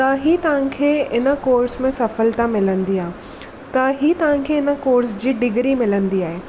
त ई तव्हांखे इन कोर्स में सफ़लता मिलंदी आहे त ई तव्हांखे हिन कोर्स जी डिग्री मिलंदी आहे